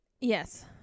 Yes